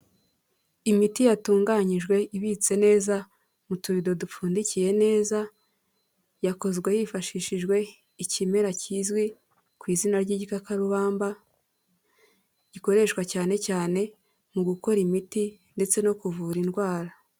Imiti yatunganyijwe ibitse neza mu tubido dupfundikiye neza, yakozwe hifashishijwe ikimera kizwi ku izina ry'igikakarubamba gikoreshwa cyane cyane mu gukora imiti ndetse no kuvura indwara.